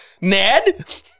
Ned